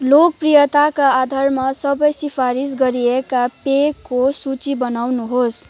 लोकप्रियताका आधारमा सबै सिफारिस गरिएका पेयको सूची बनाउनुहोस्